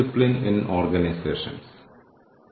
ഈ കോഴ്സിൽ ഞാൻ നിങ്ങളെ സഹായിക്കുന്നു